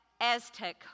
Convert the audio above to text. Aztec